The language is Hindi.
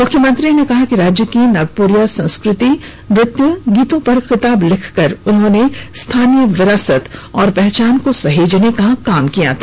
मुख्यमंत्री ने कहा कि राज्य की नागपुरिया संस्कृति नृत्य गीतों पर किताब लिखकर उन्होंने स्थानीय विरासत और पहचान को सहेजने का काम किया था